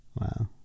wow